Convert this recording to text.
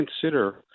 consider